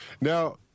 Now